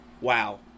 Wow